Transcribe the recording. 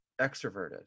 extroverted